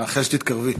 מאחל שתתקרבי.